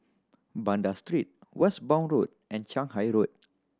Banda Street Westbourne Road and Shanghai Road